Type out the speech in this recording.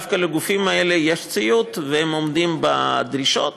דווקא לגופים האלה יש ציוד והם עומדים בדרישות.